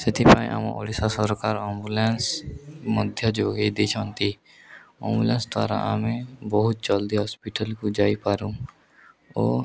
ସେଥିପାଇଁ ଆମ ଓଡ଼ିଶା ସରକାର ଆମ୍ବୁଲାନ୍ସ ମଧ୍ୟ ଯୋଗେଇ ଦେଇଛନ୍ତି ଆମ୍ବୁଲାନ୍ସ ଦ୍ୱାରା ଆମେ ବହୁତ ଜଲ୍ଦି ହସ୍ପିଟାଲକୁ ଯାଇପାରୁ ଓ